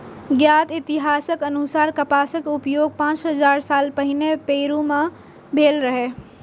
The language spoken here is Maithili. ज्ञात इतिहासक अनुसार कपासक उपयोग पांच हजार साल पहिने पेरु मे भेल रहै